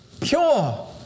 pure